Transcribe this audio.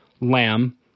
lamb